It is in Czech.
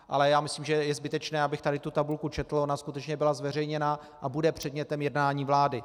Ale já myslím, že je zbytečné, abych tady tu tabulku četl, ona skutečně byla zveřejněna a bude předmětem jednání vlády.